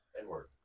Edward